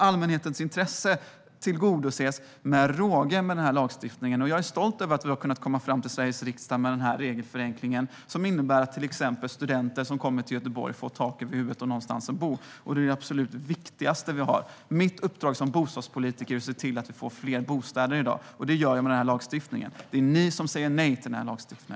Allmänhetens intresse tillgodoses alltså med råge med denna lagstiftning. Jag är stolt över att vi i Sveriges riksdag har kunnat ta fram denna regelförenkling som innebär att till exempel studenter som kommer till Göteborg får tak över huvudet och någonstans att bo. Det är det absolut viktigaste. Mitt uppdrag som bostadspolitiker är att se till att vi får fler bostäder i dag, och det gör vi med denna lagstiftning. Det är ni som säger nej till denna lagstiftning.